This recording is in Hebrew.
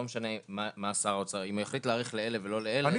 אם שר האוצר יחליט להאריך לאלה ולא לאלה זה יגיע לדיון בוועדה.